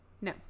no